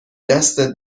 دستت